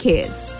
Kids